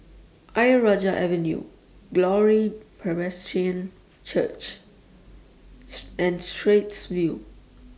Ayer Rajah Avenue Glory Presbyterian Church and Straits View